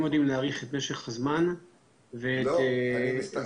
הם יודעים להעריך את משך הזמן ואת המרחק.